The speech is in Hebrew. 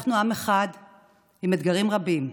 אנחנו עם אחד עם אתגרים רבים,